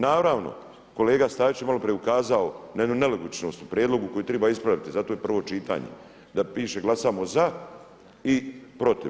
Naravno, kolega Stazić je malo prije ukazao na jednu nelogičnost u prijedlogu koju treba ispraviti, zato je prvo čitanje, da piše glasamo za i protiv.